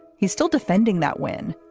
he's still defending that win.